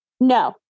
No